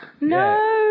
no